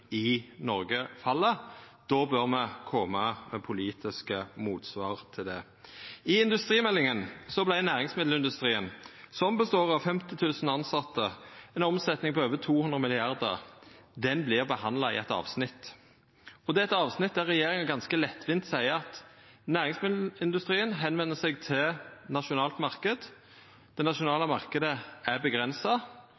i Noreg fell. Då bør me koma med politiske motsvar til det. I industrimeldinga vart næringsmiddelindustrien – som består av 50 000 tilsette og har ei omsetjing på over 200 mrd. kr – behandla i eitt avsnitt. Det er eit avsnitt der regjeringa ganske lettvint seier at næringsmiddelindustrien vender seg til